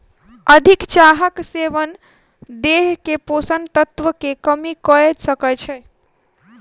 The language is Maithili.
अधिक चाहक सेवन देह में पोषक तत्व के कमी कय सकै छै